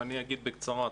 אני אגיד בקצרה.